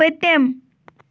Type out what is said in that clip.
پٔتِم